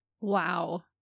Wow